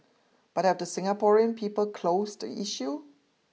but have the Singaporean people closed the issue